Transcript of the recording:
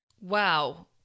Wow